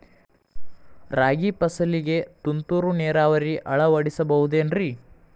ರಾಗಿ ಫಸಲಿಗೆ ತುಂತುರು ನೇರಾವರಿ ಅಳವಡಿಸಬಹುದೇನ್ರಿ?